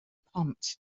pont